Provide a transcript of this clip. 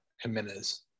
Jimenez